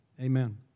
Amen